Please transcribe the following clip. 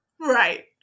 Right